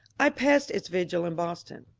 i passed its vigil in boston.